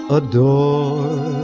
adore